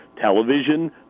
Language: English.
television